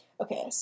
Okay